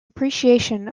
appreciation